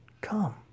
come